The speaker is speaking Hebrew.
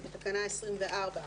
זה בתקנה 24,